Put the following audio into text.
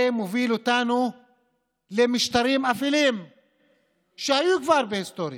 זה מוביל אותנו למשטרים אפלים שהיו כבר בהיסטוריה,